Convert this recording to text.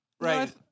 Right